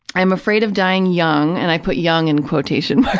i am afraid of dying young, and i put young in quotation